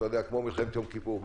כמו במלחמת יום כיפור,